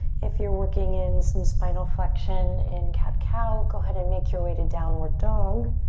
if you're working in some spinal flexion in cat-cow, go ahead and make your way to downward dog.